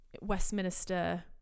Westminster